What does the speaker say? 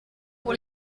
pour